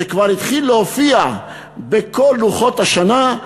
זה כבר התחיל להופיע בכל לוחות השנה,